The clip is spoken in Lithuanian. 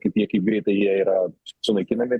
kaip jie kaip greitai jie yra sunaikinami